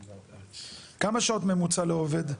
150,000. כמה שעות ממוצע לעובד?